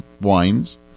wines